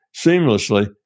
seamlessly